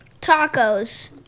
Tacos